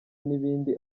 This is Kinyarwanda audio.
n’ibindi